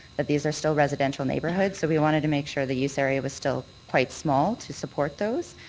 that these are still residential neighbourhoods, so we wanted to make sure the use area was still quite small to support those.